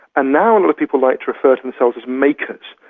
and now a lot of people like to refer to themselves as makers,